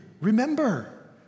Remember